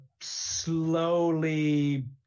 slowly